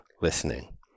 listening